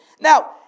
Now